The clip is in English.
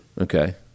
Okay